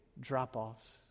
drop-offs